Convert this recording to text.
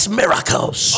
miracles